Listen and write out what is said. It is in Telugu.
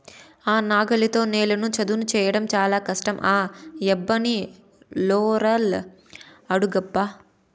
ఆ నాగలితో నేలను చదును చేయడం చాలా కష్టం ఆ యబ్బని రోలర్ అడుగబ్బా